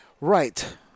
Right